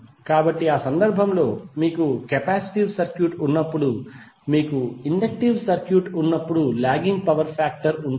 కాబట్టి ఆ సందర్భంలో మీకు కెపాసిటివ్ సర్క్యూట్ ఉన్నప్పుడు మీకు ఇండక్టివ్ సర్క్యూట్ ఉన్నప్పుడు లాగింగ్ పవర్ ఫాక్టర్ ఉంటుంది